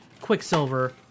Quicksilver